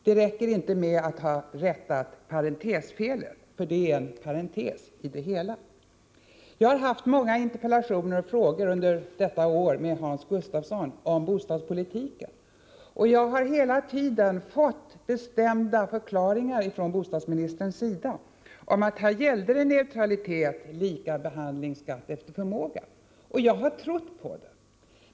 Det räcker inte med att han rättar parentesfelen, för det är en parentes i det hela. Under detta år har jag ställt många interpellationer och frågor om bostadspolitiken till Hans Gustafsson. Jag har hela tiden fått bestämda förklaringar ifrån hans sida om att här gällde neutralitet, lika behandling, skatt efter förmåga, och jag har trott på det.